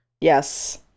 yes